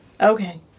Okay